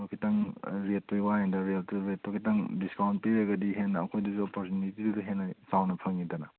ꯈꯤꯇꯪ ꯔꯦꯠꯇꯨꯒꯤ ꯋꯥꯅꯤꯗ ꯔꯦꯠꯇꯣ ꯈꯤꯇꯪ ꯗꯤꯁꯀꯥꯎꯟ ꯄꯤꯔꯒꯗꯤ ꯍꯦꯟꯅ ꯑꯩꯈꯣꯏꯗꯁꯨ ꯄꯔꯁꯅꯦꯂꯤꯇꯤꯗꯣ ꯍꯦꯟꯅ ꯆꯥꯎꯅ ꯐꯪꯉꯤꯗꯅ